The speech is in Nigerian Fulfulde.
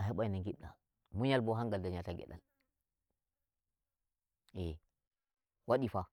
a heɓai no ngiɗɗa. Munyal bo hangal ndayata ngedal wadi faa.